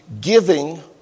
giving